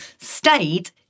stayed